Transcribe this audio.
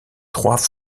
trois